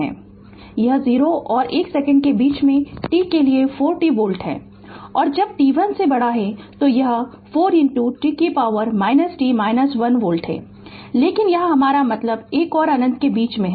तो यह 0 और 1 सेकंड के बीच में t के लिए 4 t वोल्ट है और जब t 1 से बड़ा है तो यह 4 e t 1 वोल्ट है लेकिन यहाँ हमारा मतलब 1 और अनंत के बीच में है